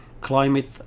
climate